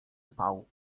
spał